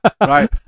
Right